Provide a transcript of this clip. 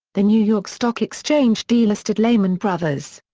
the new york stock exchange delisted lehman brothers.